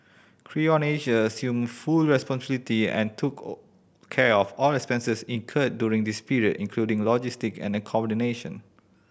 Creon Asia assumed full responsibility and took care of all expenses incurred during this period including logistic and accommodation